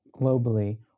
globally